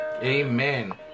amen